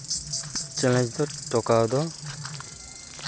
challenge ᱫᱚ ᱴᱚᱠᱟᱣ ᱫᱚ